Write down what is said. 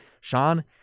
Sean